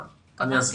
אסביר.